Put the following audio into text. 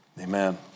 Amen